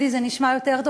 ביידיש זה נשמע יותר טוב,